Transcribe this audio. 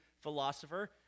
philosopher